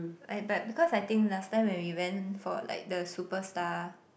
but because I think last time when we went for like the Superstar